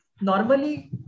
normally